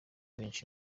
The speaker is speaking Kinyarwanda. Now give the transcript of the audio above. benshi